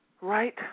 Right